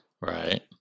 Right